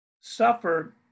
suffer